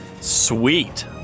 Sweet